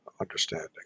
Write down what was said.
understanding